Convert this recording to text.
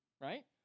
right